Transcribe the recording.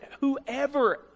whoever